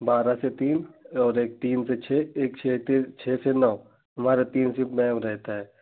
बारह से तीन और एक तीन से छह एक छह से तो छह से नौ हमारे तीन शिफ़्ट मैम रहती है